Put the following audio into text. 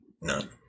none